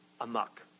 amok